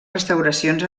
restauracions